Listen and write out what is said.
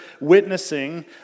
witnessing